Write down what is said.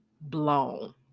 blown